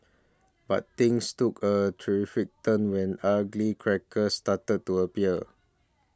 but things took a terrifying turn when ugly crackers started to appear